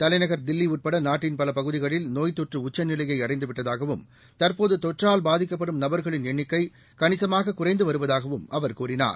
தலைநகர் தில்லி உட்பட நாட்டின் பல பகுதிகளில் நோய்த் தொற்று உச்சநிலையை அடைந்துவிட்டதாகவும் தற்போது தொற்றால் பாதிக்கப்படும் நபர்களின் எண்ணிக்கை கணிசமாக குறைந்து வருவதாகவும் அவர் கூறினார்